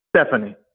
Stephanie